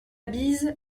bise